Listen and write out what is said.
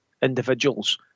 individuals